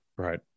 Right